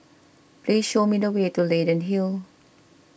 please show me the way to Leyden Hill